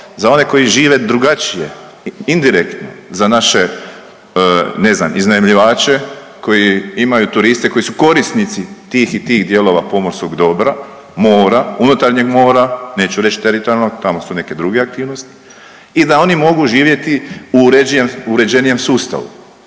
Za one koji žive drugačije, indirektno za naše ne znam iznajmljivače koji imaju turiste koji su korisnici tih i tih dijelova pomorskog dobra, mora, unutarnjeg mora, neću reći teritorijalnog. Tamo su neke druge aktivnosti i da oni mogu živjeti u uređenijem sustavu,